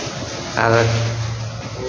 कागज